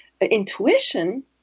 intuition